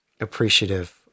appreciative